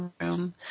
room